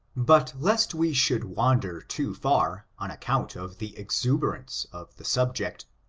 but lest we should wander too far, on account of the exuberance of the subject,